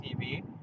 TV